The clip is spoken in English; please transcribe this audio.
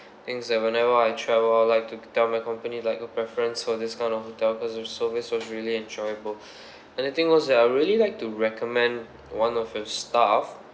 thing is that whenever I travel I'd like to tell my company like a preference for this kind of hotel cause your service was really enjoyable and the thing was that I really like to recommend one of your staff